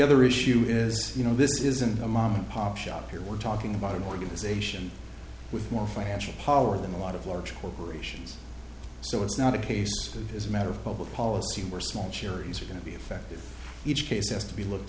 other issue is you know this isn't a mom and pop shop here we're talking about an organization with more financial power than a lot of large corporations so it's not a case of as a matter of public policy where small charities are going to be effective each case has to be looked